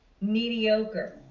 mediocre